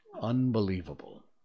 unbelievable